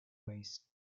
waste